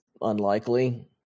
unlikely